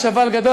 יש אבל גדול,